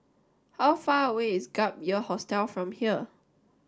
how far away is Gap Year Hostel from here